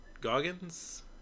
goggins